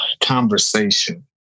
conversation